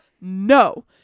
no